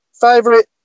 Favorite